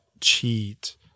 cheat